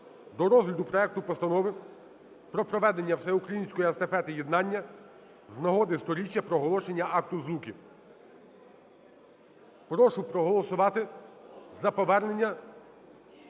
до розгляду проекту Постанови про проведення Всеукраїнської Естафети Єднання з нагоди 100-річчя проголошення Акта Злуки. Прошу проголосувати за повернення